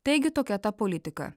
taigi tokia ta politika